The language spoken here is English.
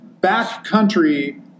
backcountry